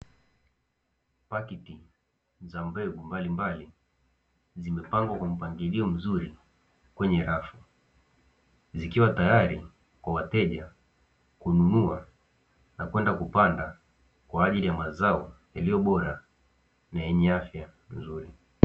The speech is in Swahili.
Pakiti za mbegu mbalimbali zimepangwa kwa mpangilio mzuri kwenye rafu. Zikiwa tayari kwa wateja kununua na kwenda kupanda kwa ajili ya mazao yaliyo bora na yenye afya nzuri.